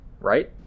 right